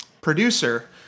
producer